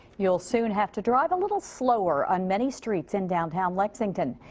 you will soon have to drive a little slower on many streets in downtown lexington.